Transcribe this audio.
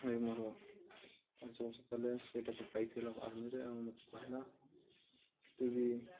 ଏ ମୋର ପାଞ୍ଚ ବର୍ଷ ତଳେ ସେଇଟା ସେ ପାଇଥିଲା ଆର୍ମିରେ ଆଉ ମୋତେ କହଲା ତତେ ବିି